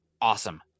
Awesome